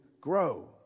Grow